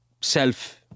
self